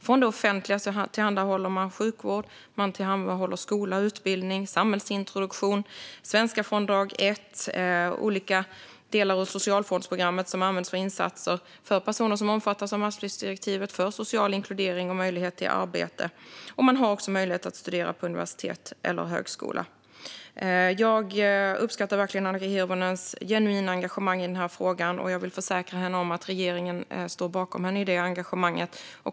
Från det offentliga tillhandahåller man sjukvård, skola, utbildning, samhällsintroduktion och Svenska från dag ett. Olika delar av socialfondsprogrammet används för insatser för personer som omfattas av massflyktsdirektivet, för social inkludering och för möjlighet till arbete. De har också möjlighet att studera på universitet eller högskola. Jag uppskattar verkligen Annika Hirvonens genuina engagemang i frågan och vill försäkra henne att regeringen står bakom henne i det engagemanget.